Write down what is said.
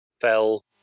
fell